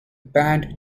band